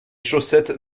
chaussettes